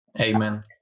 Amen